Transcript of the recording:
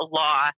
law